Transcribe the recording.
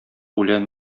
үлән